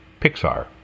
Pixar